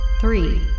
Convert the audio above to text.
Three